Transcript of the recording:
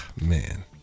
man